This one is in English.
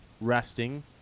resting